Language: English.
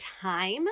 time